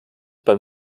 beim